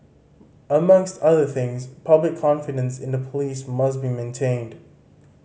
amongst other things public confidence in the police must be maintained